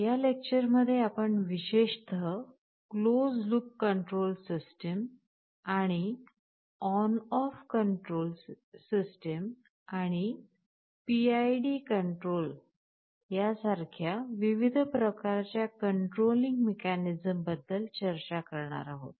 या लेक्चरमध्ये आपण विशेषत क्लोज लूप कंट्रोल सिस्टीम आणि ऑन ऑफ कंट्रोल आणि पीआयडी कंट्रोल सारख्या विविध प्रकारच्या कंट्रोलिंग मेकेंनिझमबद्दल चर्चा करणार आहोत